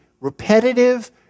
repetitive